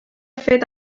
fet